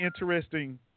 interesting